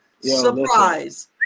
Surprise